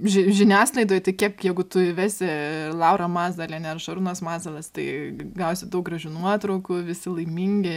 ži žiniasklaidoj tai kiek jeigu tu įvesi laura mazalienė ar šarūnas mazalas tai g gausi daug gražių nuotraukų visi laimingi